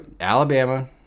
Alabama